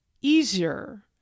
easier